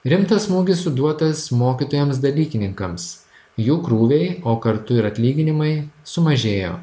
rimtas smūgis suduotas mokytojams dalykininkams jų krūviai o kartu ir atlyginimai sumažėjo